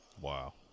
Wow